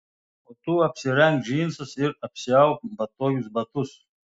o tu apsirenk džinsus ir apsiauk patogius batus